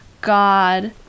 God